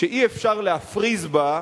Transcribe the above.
שאי-אפשר להפריז בה,